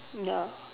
ya